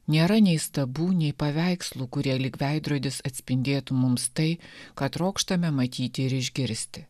nėra nei stabų nei paveikslų kurie lyg veidrodis atspindėtų mums tai ką trokštame matyti ir išgirsti